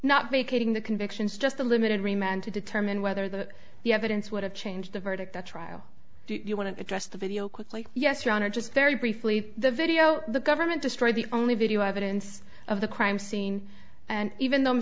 not vacating the convictions just the limited remained to determine whether the the evidence would have changed the verdict the trial do you want to address the video quickly yes your honor just very briefly the video the government destroyed the only video evidence of the crime scene and even though